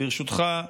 וברשותך,